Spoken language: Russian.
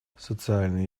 социальные